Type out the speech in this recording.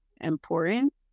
important